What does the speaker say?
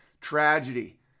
tragedy